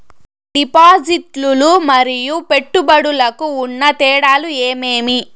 డిపాజిట్లు లు మరియు పెట్టుబడులకు ఉన్న తేడాలు ఏమేమీ?